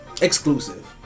Exclusive